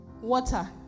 Water